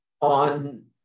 on